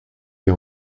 des